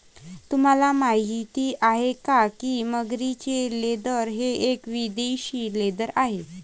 तुम्हाला माहिती आहे का की मगरीचे लेदर हे एक विदेशी लेदर आहे